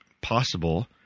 possible